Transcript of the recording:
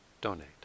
donate